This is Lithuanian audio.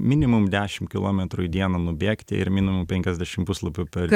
minimum dešim kilometrų į dieną nubėgti ir minimum penkiasdešim puslapių per